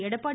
Edappadi